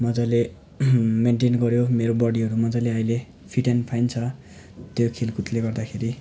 मजाले मेन्टेन गर्यो मेरो बडीहरू मजाले अहिले फिट एन्ड फाइन छ त्यो खेलकुदले गर्दाखेरि